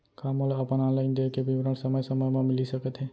का मोला अपन ऑनलाइन देय के विवरण समय समय म मिलिस सकत हे?